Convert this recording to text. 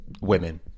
women